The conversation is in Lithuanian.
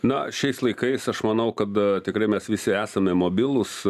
na šiais laikais aš manau kad tikrai mes visi esame mobilūs